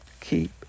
Keep